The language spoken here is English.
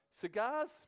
cigars